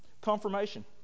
Confirmation